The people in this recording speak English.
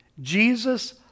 Jesus